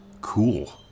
Cool